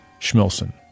Schmilson